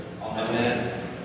Amen